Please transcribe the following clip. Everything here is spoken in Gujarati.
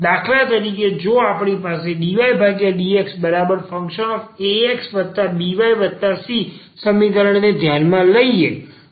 દાખલા તરીકે જો આપણે આ dydxfaxbyc સમીકરણ ને ધ્યાનમાં લઈએ